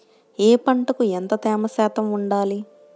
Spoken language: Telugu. ఏ పంటకు ఎంత తేమ శాతం ఉండాలి?